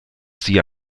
sie